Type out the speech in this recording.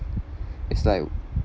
is like